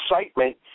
excitement